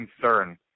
concern